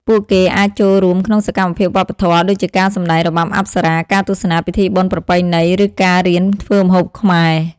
ពួកគេអាចចូលរួមក្នុងសកម្មភាពវប្បធម៌ ដូចជាការសម្តែងរបាំអប្សរា ការទស្សនាពិធីបុណ្យប្រពៃណី ឬការរៀនធ្វើម្ហូបខ្មែរ។